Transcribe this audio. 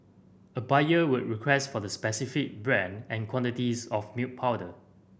a buyer would request for the specific brand and quantities of milk powder